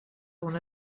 una